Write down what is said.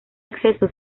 acceso